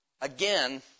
Again